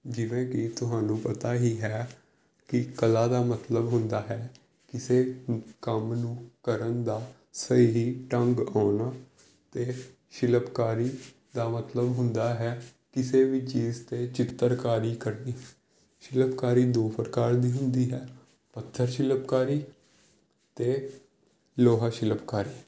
ਜਿਵੇਂ ਕਿ ਤੁਹਾਨੂੰ ਪਤਾ ਹੀ ਹੈ ਕਿ ਕਲਾ ਦਾ ਮਤਲਬ ਹੁੰਦਾ ਹੈ ਕਿਸੇ ਕੰਮ ਨੂੰ ਕਰਨ ਦਾ ਸਹੀ ਢੰਗ ਆਉਣਾ ਅਤੇ ਸ਼ਿਲਪਕਾਰੀ ਦਾ ਮਤਲਬ ਹੁੰਦਾ ਹੈ ਕਿਸੇ ਵੀ ਚੀਜ਼ 'ਤੇ ਚਿੱਤਰਕਾਰੀ ਕੱਢਣੀ ਸ਼ਿਲਪਕਾਰੀ ਦੋ ਪ੍ਰਕਾਰ ਦੀ ਹੁੰਦੀ ਹੈ ਪੱਥਰ ਸ਼ਿਲਪਕਾਰੀ ਅਤੇ ਲੋਹਾ ਸ਼ਿਲਪਕਾਰੀ